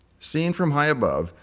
seen from high above,